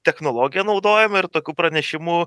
technologiją naudojamą ir tokių pranešimų